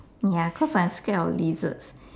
ya cause I'm scared of lizards